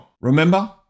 Remember